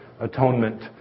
atonement